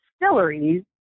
distilleries